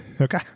Okay